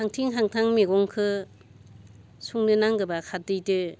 मैगंखौ संनो नांगोबा खारदैदों